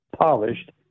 polished